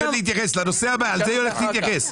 לזה היא הולכת להתייחס.